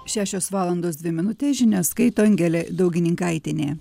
šešios valandos dvi minutės žinias skaito angelė daugininkaitienė